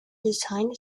designed